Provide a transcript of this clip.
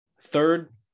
third